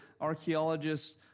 archaeologists